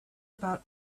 about